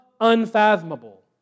unfathomable